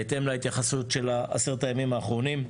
בהתאם להתייחסות של עשרת הימים האחרונים.